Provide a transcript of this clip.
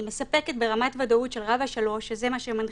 מספקת ברמת ודאות של רב"א 3 שזה מה שמנחה,